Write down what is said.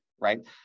right